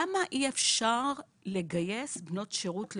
למה אי אפשר לגייס בנות שירות לאומי?